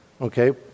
okay